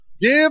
Give